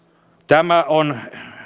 tämä on